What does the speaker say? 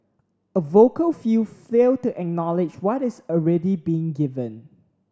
a vocal few fail to acknowledge what is already being given